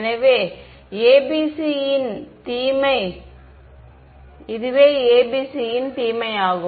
எனவே இது ABC ன் தீமை ஆகும்